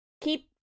keep